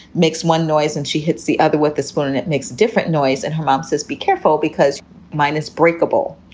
makes one noise and she hits the other with the spoon and it makes different noise. and her mom says, be careful because minus breakable.